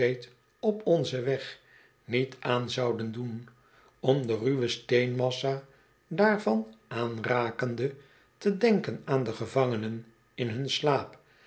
newgateop onzen weg niet aan zouden doen om de ruwe steenmassa daarvan aanrakende te denken aan de gevangenen in hun slaap